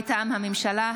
מטעם הממשלה,